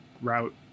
route